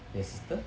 their sister